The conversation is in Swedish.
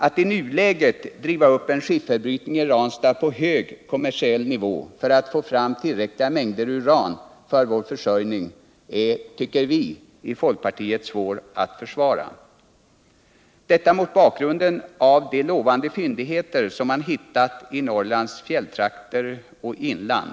All i nuläget driva upp en skifferbrytning i Ranstad på hög kommersiell nivå för av få fram tillräckliga mängder uran för vår försörjning 1ycker vi i folkpartiet är svårt att försvara, mot bakgrunden av de lovande fyndigheter som man hittat i Norrlands fjälltrakter och inland.